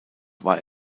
war